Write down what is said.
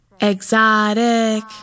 Exotic